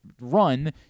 run